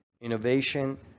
innovation